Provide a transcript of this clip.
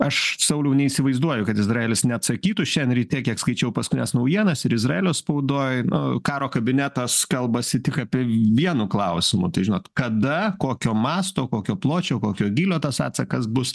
aš sauliau neįsivaizduoju kad izraelis neatsakytų šiandien ryte kiek skaičiau paskutines naujienas ir izraelio spaudoj nu karo kabinetas kalbasi tik apie vienu klausimu tai žinot kada kokio masto kokio pločio kokio gylio tas atsakas bus